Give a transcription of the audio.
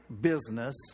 business